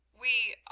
We